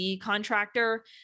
contractor